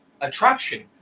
attraction